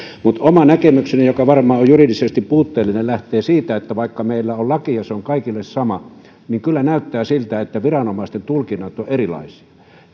mutta oma näkemykseni joka varmaan on juridisesti puutteellinen lähtee siitä että vaikka meillä on laki ja se on kaikille sama niin kyllä näyttää siltä että viranomaisten tulkinnat ovat erilaisia